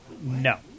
No